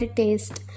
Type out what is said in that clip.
taste